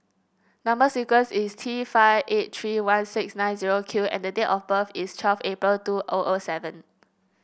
number sequence is T five eight three one six nine zero Q and the date of birth is twelve April two O O seven